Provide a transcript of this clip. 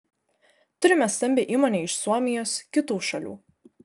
turime stambią įmonę iš suomijos kitų šalių